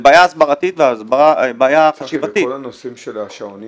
זו בעיה הסברתית ובעיה --- כל הנושאים של השעונים